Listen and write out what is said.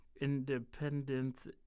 independence